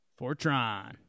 Fortron